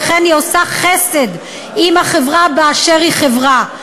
וכן היא עושה חסד עם חברה באשר היא חברה.